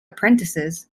apprentices